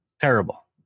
Terrible